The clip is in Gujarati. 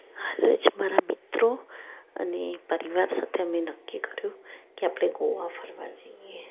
હાલજ મારા મિત્રો અને પરિવાર સાથે અમે નક્કી કર્યું કે આપણે ગોવા ફરવા જઈએ